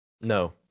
No